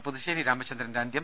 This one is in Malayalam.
പുതുശ്ശേരി രാമചന്ദ്രൻറെ അന്ത്യം